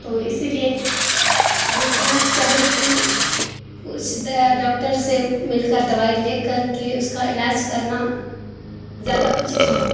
تو اسی لیے ہم کہنا چاہیں گے کہ کچھ ڈاکٹر سے مل کر دوائی لے کر کے اس کا علاج کرنا زیادہ اچت ہوگا